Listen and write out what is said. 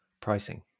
pricing